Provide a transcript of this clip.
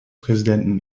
präsidenten